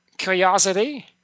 curiosity